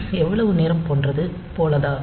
எவ்வளவு நேரம் போன்றது போலாகும்